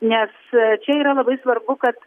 nes čia yra labai svarbu kad